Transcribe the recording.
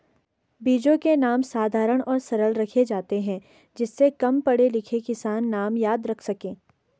बीजों के नाम साधारण और सरल रखे जाते हैं जिससे कम पढ़े लिखे किसान नाम याद रख सके